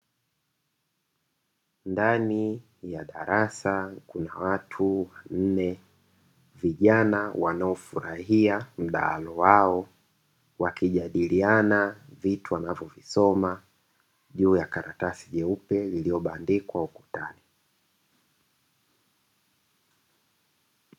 Ndani ya darasa kuna watu wanne, vijana wanaofurahia mdahalo wao, wakijadiliana vitu wanavyovisoma juu ya karatasi nyeupe iliyobandikwa ukutani.